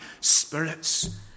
spirits